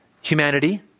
humanity